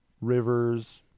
rivers